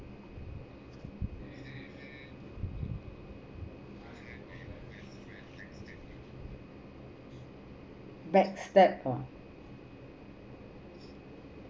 backstab ah